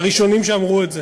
הראשונים שאמרו את זה.